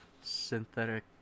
synthetic